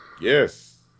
Yes